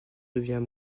devient